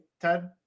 Ted